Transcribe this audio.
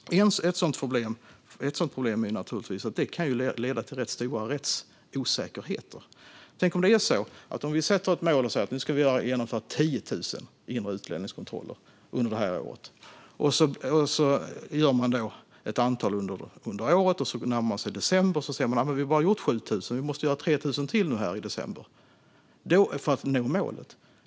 Ett problem är att det kan leda till ganska stora rättsosäkerheter. Tänk om vi sätter ett mål om att det ska genomföras 10 000 inre utlänningskontroller under det här året, och man gör ett antal under året. Men när det närmar sig december ser man att man bara har gjort 7 000 och att man måste göra 3 000 till i december för att nå målet.